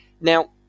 now